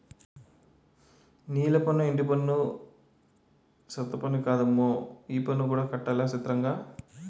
నీలపన్ను, సెత్తపన్ను, ఇంటిపన్నే కాదమ్మో దొడ్డిపన్ను కూడా కట్టాలటొదినా సిత్రంగా